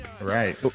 Right